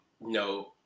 no